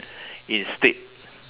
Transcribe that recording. in states